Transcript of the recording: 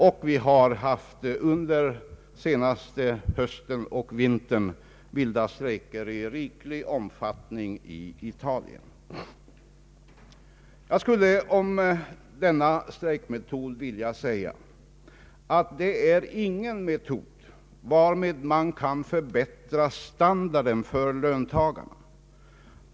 Det har under den senaste hösten och vintern även förekommit vilda strejker i riklig omfattning i Italien. Jag skulle om denna strejkmetod vilja säga att den inte är någon metod varigenom standarden för löntagarna kan förbättras.